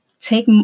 take